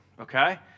okay